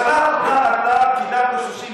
בשנה האחרונה קידמנו 35,